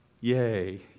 Yay